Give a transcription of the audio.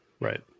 Right